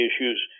issues